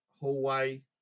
hallway